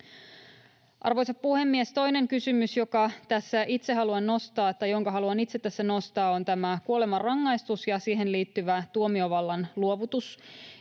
Arvoisa puhemies! Toinen kysymys, jonka haluan itse tässä nostaa, on kuolemanrangaistus ja siihen liittyvä tuomiovallan luovutus.